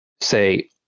say